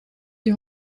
die